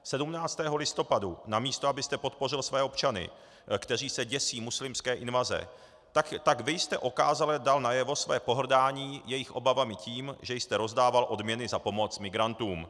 17. listopadu, namísto abyste podpořil své občany, kteří se děsí muslimské invaze, tak vy jste okázale dal najevo své pohrdání jejich obavami tím, že jste rozdával odměny za pomoc migrantům.